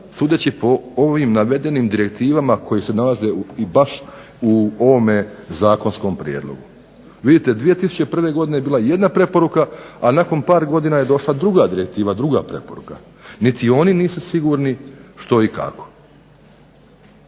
sudeći po ovim navedenim direktivama koji se nalaze baš u ovom zakonskom prijedlogu. Vidite 2001. godine je bila jedna preporuka a nakon par godina je došla druga preporuka, niti oni nisu sigurni što i kako.